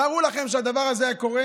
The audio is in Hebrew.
תארו לכם שהדבר הזה היה קורה